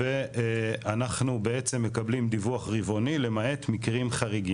ואנחנו בעצם מקבלים דיווח רבעוני למעט מקרים חריגים.